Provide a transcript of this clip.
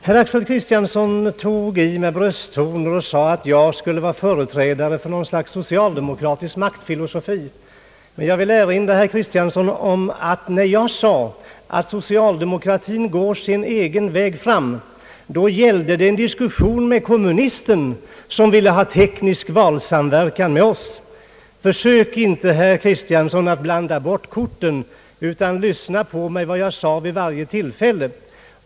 Herr Axel Kristiansson tog i med brösttoner och sade att jag skulle vara företrädare för något slags socialdemokratisk maktfilosofi. Men jag vill erinra herr Kristiansson om att när jag sade att socialdemokratin går sin egen väg framåt, då gällde det en diskussion med kommunisten som ville ha teknisk valsamverkan med oss. Försök inte, herr Kristiansson, att blanda bort korten, utan lyssna till vad jag sagt vid varje tillfälle.